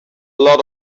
lot